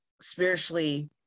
spiritually